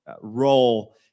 role